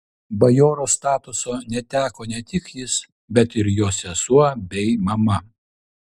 bajoro statuso neteko ne tik jis bet ir jo sesuo bei mama